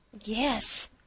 Yes